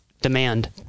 demand